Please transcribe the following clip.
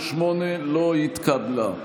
58 לא התקבלה.